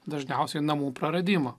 dažniausiai namų praradimą